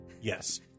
Yes